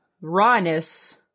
rawness